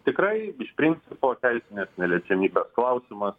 tikrai iš principo teisinės neliečiamybės klausimas